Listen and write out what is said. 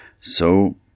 So